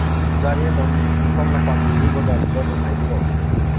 ꯒꯥꯔꯤ ꯑꯗꯨꯝ ꯁꯣꯝꯅ ꯄꯥꯝꯕꯤꯔꯤꯕ ꯒꯥꯔꯤꯗꯣ ꯑꯗꯨꯝ ꯍꯥꯏꯕꯤꯔꯛꯑꯣ